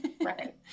Right